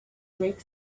drank